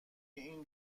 این